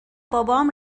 بابام